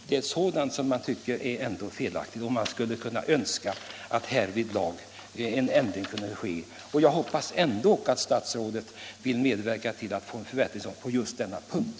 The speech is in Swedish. Det är sådant som man tycker är felaktigt, och man skulle önska att en ändring kunde ske. Jag hoppas att statsrådet ändå vill medverka till en förbättring på just denna punkt.